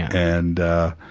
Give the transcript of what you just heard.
and ah,